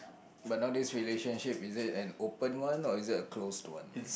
but nowadays relationship is it an open one or is it a closed one